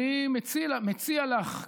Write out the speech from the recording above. אני מציע לך,